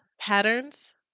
patterns